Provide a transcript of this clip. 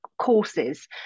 courses